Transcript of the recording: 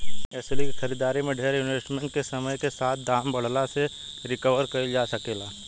एस्ली के खरीदारी में डेर इन्वेस्टमेंट के समय के साथे दाम बढ़ला से रिकवर कईल जा सके ला